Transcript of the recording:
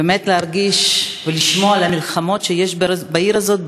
באמת להרגיש ולשמוע על המלחמות בעיר הזאת,